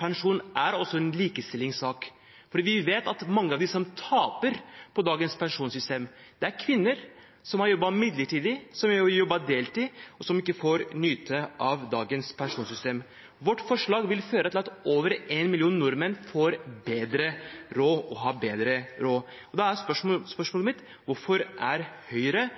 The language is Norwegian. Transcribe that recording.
Pensjon er også en likestillingssak, for vi vet at mange av dem som taper på dagens pensjonssystem, er kvinner som har jobbet midlertidig, som har jobbet deltid, og som ikke får nyte godt av dagens pensjonssystem. Vårt forslag vil føre til at over en million nordmenn får bedre råd. Da er spørsmålet mitt: Hvorfor er Høyre